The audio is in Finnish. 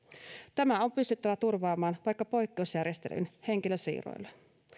tämä on pystyttävä turvaamaan vaikka poikkeusjärjestelyin henkilösiirroilla